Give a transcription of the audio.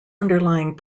underlying